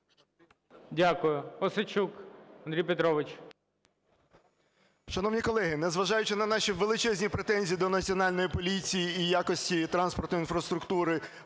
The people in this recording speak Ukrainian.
Дякую. Осадчук Андрій Петрович.